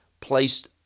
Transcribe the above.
placed